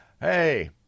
Hey